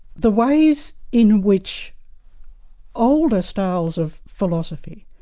the ways in which older styles of philosophy